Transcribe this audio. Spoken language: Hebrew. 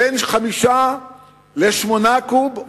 בין 5 ל-8 קוב,